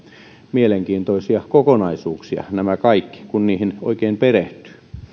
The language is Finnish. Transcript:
mielenkiintoisia kokonaisuuksia nämä kaikki kun niihin oikein perehtyy